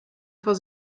vor